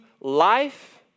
life